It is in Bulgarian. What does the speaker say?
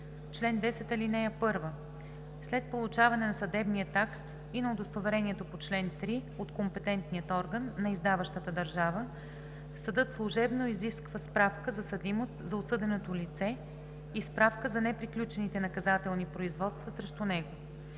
Чл. 10. (1) След получаване на съдебния акт и на удостоверението по чл. 3 от компетентния орган на издаващата държава съдът служебно изисква справка за съдимост за осъденото лице и справка за неприключените наказателни производства срещу него.